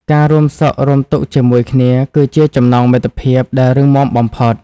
ការរួមសុខរួមទុក្ខជាមួយគ្នា គឺជាចំណងមិត្តភាពដែលរឹងមាំបំផុត។